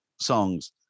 songs